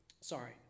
Sorry